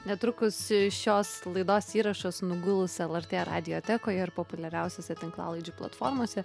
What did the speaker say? netrukus šios laidos įrašas nuguls lrt radiotekoje ir populiariausiose tinklalaidžių platformose